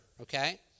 okay